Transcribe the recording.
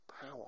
power